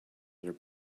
their